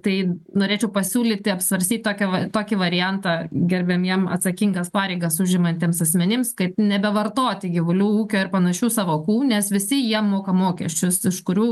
tai norėčiau pasiūlyti apsvarstyt tokią va tokį variantą gerbiamiem atsakingas pareigas užimantiems asmenims kad nebevartoti gyvulių ūkio ir panašių sąvokų nes visi jie moka mokesčius iš kurių